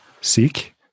seek